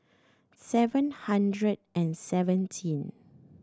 seven hundred and seventeen